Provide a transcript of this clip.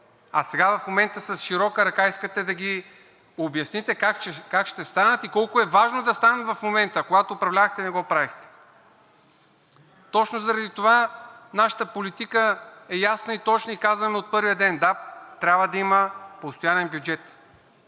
А сега в момента с широка ръка искате да ги обясните как ще станат и колко е важно да станат в момента, а когато управлявахте, не го правехте. Точно заради това нашата политика е ясна и точна, и казана от първия ден. Да, трябва да има постоянен бюджет.